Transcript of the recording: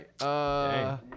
right